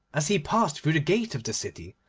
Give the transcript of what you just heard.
as he passed through the gate of the city,